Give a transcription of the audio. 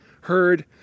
heard